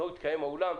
לא התקיימה החתונה,